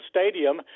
Stadium